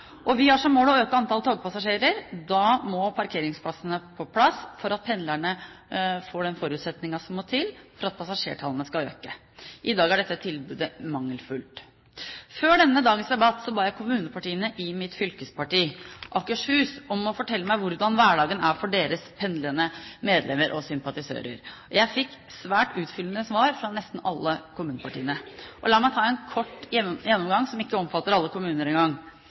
Vi har som mål å øke antall togpassasjerer. Da må parkeringsplassene på plass for at pendlerne får den forutsetningen som må til for at passasjertallene skal øke. I dag er dette tilbudet mangelfullt. Før denne dagens debatt ba jeg kommunepartiene i mitt fylkesparti, Akershus, om å fortelle meg hvordan hverdagen er for deres pendlende medlemmer og sympatisører. Jeg fikk svært utfyllende svar fra nesten alle kommunepartiene. La meg ta en kort gjennomgang, som ikke omfatter alle kommuner